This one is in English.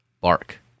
bark